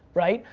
right?